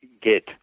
get